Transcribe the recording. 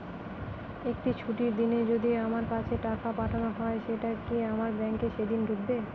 একটি ছুটির দিনে যদি আমার কাছে টাকা পাঠানো হয় সেটা কি আমার ব্যাংকে সেইদিন ঢুকবে?